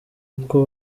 uko